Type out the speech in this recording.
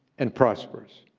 and prosperous.